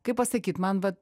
kaip pasakyt man va